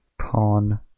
Pawn